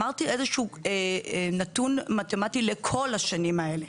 אמרתי איזשהו נתון מתמטי לכל השנים האלה.